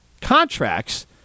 contracts